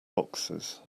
boxes